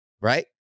right